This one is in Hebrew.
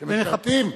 שמשרתים.